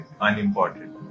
unimportant